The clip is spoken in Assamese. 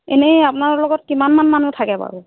এনেই আপোনাৰ লগত কিমানমান মানুহ থাকে বাৰু